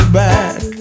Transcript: back